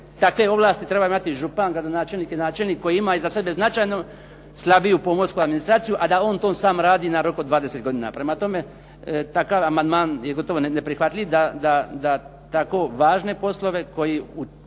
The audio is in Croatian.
takve ovlasti treba imati župan, gradonačelnik i načelnik koji ima iza sebe značajnu slabiju pomorsku administraciju, a da on to sam radi na rok od 20 godinu. Prema tome, takav amandman je gotovo neprihvatljiv da tako važne poslove koji u